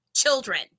children